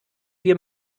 wir